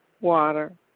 water